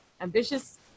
ambitious